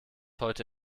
heute